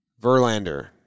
Verlander